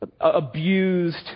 abused